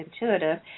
intuitive